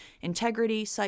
Integrity